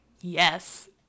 yes